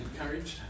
encouraged